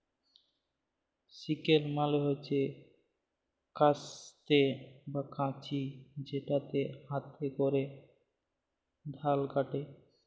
sickle মালে হচ্যে কাস্তে বা কাঁচি যেটাতে হাতে ক্যরে ধাল কাটে